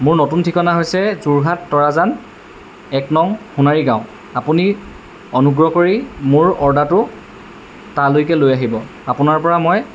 মোৰ নতুন ঠিকনা হৈছে যোৰহাট তৰাজান এক নং সোণাৰী গাঁও আপুনি অনুগ্ৰহ কৰি মোৰ অৰ্ডাৰটো তালৈকে লৈ আহিব আপোনাৰপৰা মই